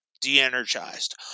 de-energized